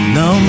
no